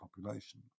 population